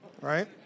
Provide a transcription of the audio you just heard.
right